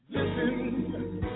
Listen